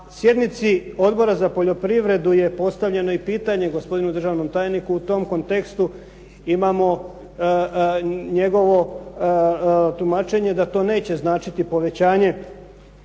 sjednici Odbora za poljoprivredu je postavljeno i pitanje gospodinu državnom tajniku u tom kontekstu imamo njegovo tumačenje da to neće značiti povećanje